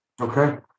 okay